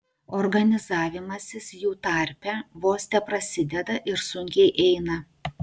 organizavimasis jų tarpe vos teprasideda ir sunkiai eina